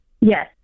Yes